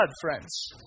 friends